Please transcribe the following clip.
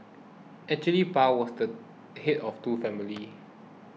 actually Pa was the head of two family